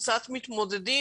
מתמודדי